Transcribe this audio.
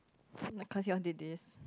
cause you all did this